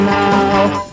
now